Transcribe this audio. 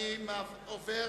אני עובר